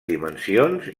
dimensions